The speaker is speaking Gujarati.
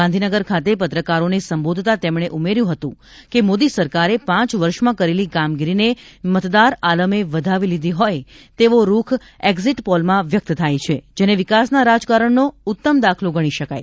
ગાંધીનગર ખાતે પત્રકારોને સંબોધતા તેમણે ઉમેર્યું હતું કે મોદી સરકારે પાંચ વર્ષમાં કરેલી કામગીરીને મતદાર આલમે વધાવી લીધી હોય તેવો રૂખ એક્ઝિટ પોલમાં વ્યક્ત થાય છે જેને વિકાસના રાજકારણનો ઉત્તમ દાખલો ગણી શકાય